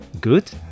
good